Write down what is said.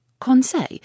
Conseil